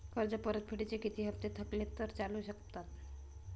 कर्ज परतफेडीचे किती हप्ते थकले तर चालू शकतात?